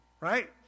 right